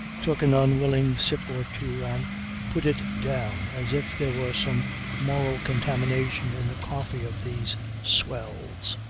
took an unwilling sip or two and put it down as if there were some moral contamination in the coffee of these swells.